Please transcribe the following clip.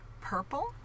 purple